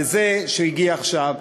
שהגיע עכשיו.